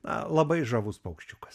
na labai žavus paukščiukas